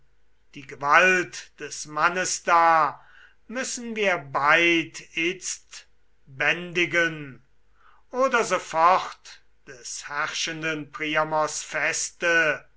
die gewalt des mannes da müssen wir beid itzt bändigen oder sofort des herrschenden priamos feste